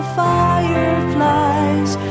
fireflies